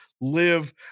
Live